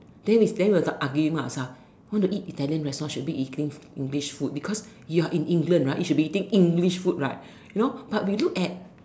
then we then we were arguing among ourselves want to eat Italian restaurant should be eating English food because you are in England right you should be eating English food right you know but we look at